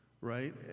right